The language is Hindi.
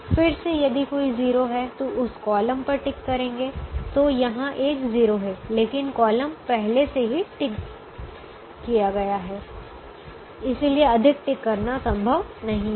फिर से यदि कोई 0 है तो उस कॉलम पर टिक करेंगे तो यहां एक 0 है लेकिन कॉलम पहले से ही टिक गया है इसलिए अधिक टिक करना संभव नहीं है